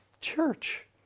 church